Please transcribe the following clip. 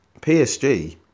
PSG